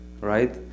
right